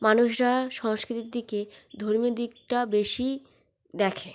মানুষরা সংস্কৃতির দিকে ধর্মীয় দিকটা বেশি দেখে